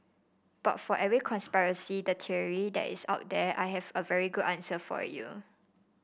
but for every conspiracy theory that is out there I have a very good answer for you